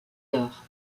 laure